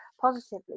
positively